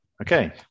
Okay